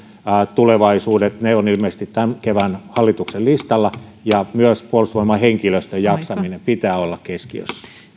tulevaisuudesta se on ilmeisesti hallituksen tämän kevään listalla ja myös puolustusvoimain henkilöstön jaksamisen pitää olla keskiössä